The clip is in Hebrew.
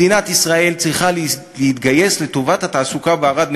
מדינת ישראל צריכה להתגייס לטובת התעסוקה בערד,